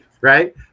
right